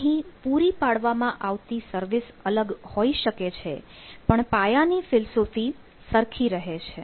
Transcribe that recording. અહીં પૂરી પાડવામાં આવતી સર્વિસ અલગ હોઈ શકે છે પણ પાયાની ફિલસૂફી સરખી રહે છે